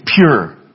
pure